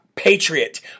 Patriot